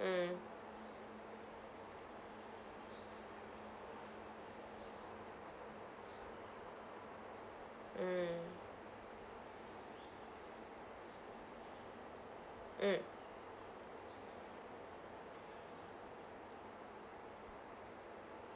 mm mm mm